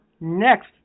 next